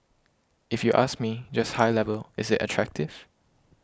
if you ask me just high level is it attractive